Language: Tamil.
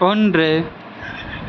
ஒன்று